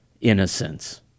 innocence